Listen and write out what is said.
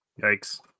Yikes